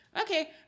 okay